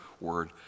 word